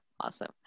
Awesome